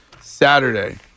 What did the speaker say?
Saturday